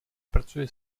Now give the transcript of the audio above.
pracuje